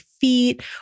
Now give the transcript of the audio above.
feet